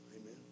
Amen